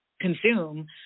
consume